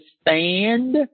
stand